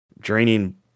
draining